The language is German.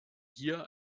hier